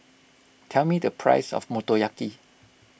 tell me the price of Motoyaki